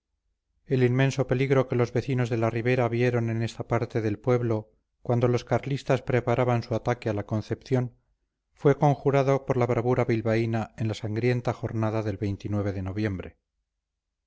el inmenso peligro que los vecinos de la ribera vieron en esta parte del pueblo cuando los carlistas preparaban su ataque a la concepción fue conjurado por la bravura bilbaína en la sangrienta jornada del de noviembre